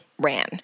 ran